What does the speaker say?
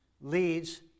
leads